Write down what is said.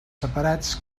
separats